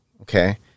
Okay